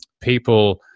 people